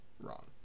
Wrong